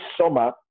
summer